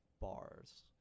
bars